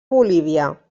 bolívia